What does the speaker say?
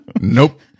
Nope